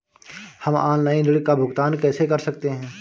हम ऑनलाइन ऋण का भुगतान कैसे कर सकते हैं?